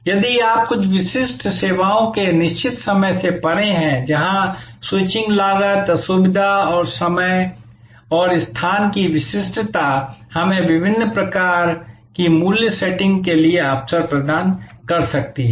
यदि आप कुछ सेवाओं के निश्चित समय से परे हैं जहां स्विचिंग लागत असुविधा और समय और स्थान की विशिष्टता हमें विभिन्न प्रकार की मूल्य सेटिंग के लिए अवसर प्रदान कर सकती है